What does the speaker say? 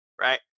right